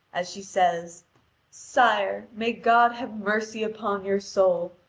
as she says sire, may god have mercy upon your soul!